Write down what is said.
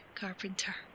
Carpenter